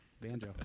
Banjo